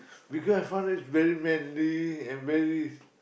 because fun is very manly and very